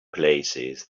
places